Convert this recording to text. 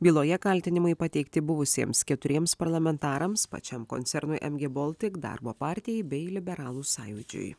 byloje kaltinimai pateikti buvusiems keturiems parlamentarams pačiam koncernui mg baltic darbo partijai bei liberalų sąjūdžiui